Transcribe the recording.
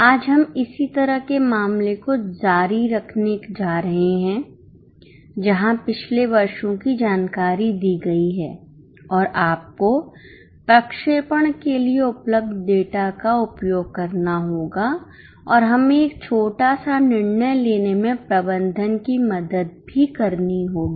आज हम इसी तरह के मामले को जारी रखने जा रहे हैं जहां पिछले वर्षों की जानकारी दी गई है और आपको प्रक्षेपण के लिए उपलब्ध डेटा का उपयोग करना होगा और हमें एक छोटा सा निर्णय लेने में प्रबंधन की मदद भी करनी होगी